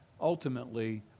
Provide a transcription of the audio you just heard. ultimately